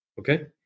Okay